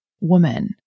woman